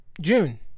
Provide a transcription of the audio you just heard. June